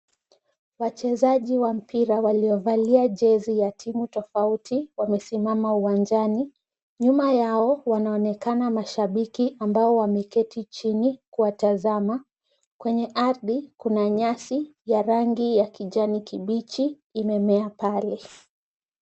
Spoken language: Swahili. Wachezaji wa mpira waliovalia jezi ya timu tofauti wamesimama uwanjani. Nyuma yao wanaonekana mashabiki ambao wameketi chini kuwatazama. Kwenye ardhi kuna nyasi ya rangi ya kijani kibichi imemea pale.